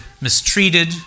mistreated